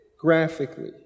graphically